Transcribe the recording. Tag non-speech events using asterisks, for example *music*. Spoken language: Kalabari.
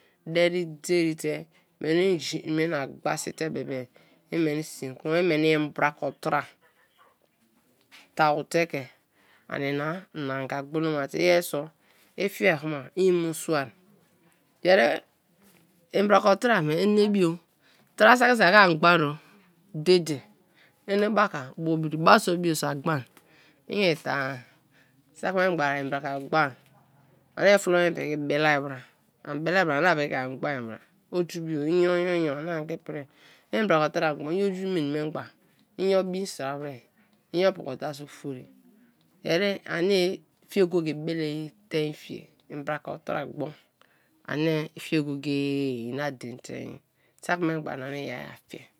Deri dei rite meni inji me na gbasi te bebe, i meni sin kroma, i meni mbra-otra taw te ke ani na naga gboloma te i yer so i fiei kma i-mo sua-e, yeri *hesitation* mbraka-o tra me ene bio tra saki so a ke an gboin-o, dede, enebaka, bobri, ba-so bio so a gbon-a inyo ta-a, saki memgba i mbra ka gboin-a ani flo me piki bele bra, an bele bra ana pi ke-a gboin bra, oju bio inyo nyo-nyo ani ke-ipri i mbra ka-otra a gboin i oju mene memgba inyo bin sra wer, inyo poko ta so-ofori; yeri ani fie go-go-e i bele tein fiei mbraka-otra gbon ani fiei go-go-e ina dein tein ye, sak-memgba ani ni yer-a fiei.